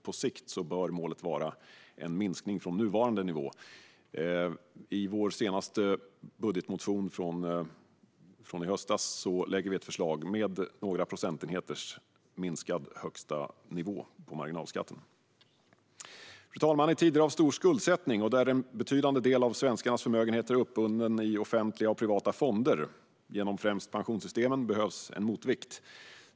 På sikt bör målet vara en minskning från nuvarande nivå. I vår senaste budgetmotion från i höstas lägger vi ett förslag med några procentenheters minskad högsta nivå på marginalskatten. Fru talman! I tider av stor skuldsättning och där en betydande del av svenskarnas förmögenhet är uppbunden i offentliga och privata fonder genom främst pensionssystemen behövs en motvikt.